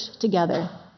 together